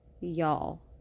y'all